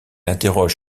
interroge